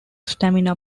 stamina